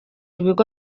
ibigo